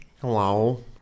Hello